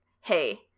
hey